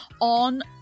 on